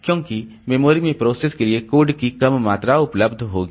क्योंकि मेमोरी में प्रोसेस के लिए कोड की कम मात्रा उपलब्ध होगी